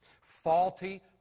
faulty